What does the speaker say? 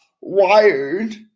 wired